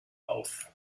auf